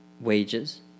wages